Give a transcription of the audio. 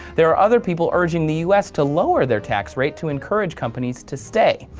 there are other people urging the us to lower their tax rate to encourage companies to stay.